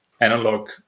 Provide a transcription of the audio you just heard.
analog